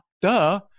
duh